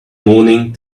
moaning